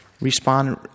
Respond